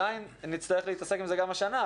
אנחנו עדיין נצטרך להתעסק עם זה גם השנה,